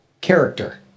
character